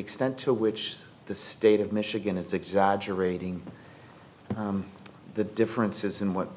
extent to which the state of michigan is exaggerating the differences in what